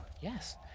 yes